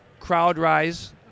CrowdRise